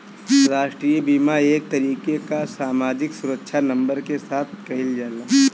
राष्ट्रीय बीमा एक तरीके कअ सामाजिक सुरक्षा नंबर के साथ कइल जाला